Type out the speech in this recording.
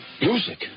Music